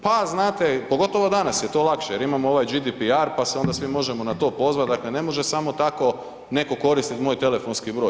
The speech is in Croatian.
Pa znate, pogotovo danas je to lakše jer imamo ovaj GDPR pa se onda svi možemo na to pozvati, dakle ne može samo tako netko koristiti moj telefonski broj.